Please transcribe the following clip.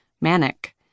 manic